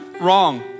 wrong